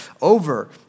over